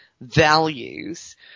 values